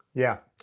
yeah.